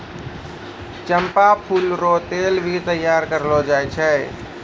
चंपा फूल रो तेल भी तैयार करलो जाय छै